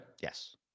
Yes